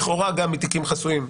לכאורה גם מתיקים חסויים,